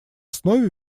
основе